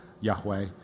Yahweh